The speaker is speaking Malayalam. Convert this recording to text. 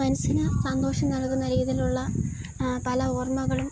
മനസ്സിന് സന്തോഷം നൽകുന്ന രീതിയിലുള്ള പല ഓർമ്മകളും